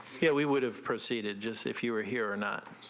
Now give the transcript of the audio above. yeah we would have proceeded just if you were here or not.